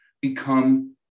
become